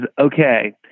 okay